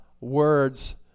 words